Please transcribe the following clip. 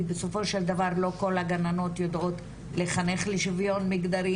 בסופו של דבר לא כל הגננות יודעות לחנך לשוויון מגדרי,